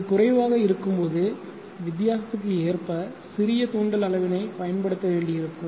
இது குறைவாக இருக்கும்போது வித்யாசத்துக்கு ஏற்ப சிறிய தூண்டல் அளவினை பயன்படுத்த வேண்டி இருக்கும்